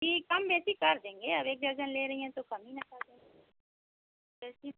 जी कम बेसी कर देंगे अब एक दर्ज़न ले रही हैं तो कम ही ना कर देंगे पेन्सिल